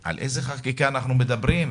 על איזה חקיקה אתם מדברים?